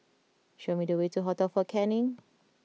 show me the way to Hotel Fort Canning